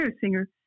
singer